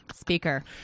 speaker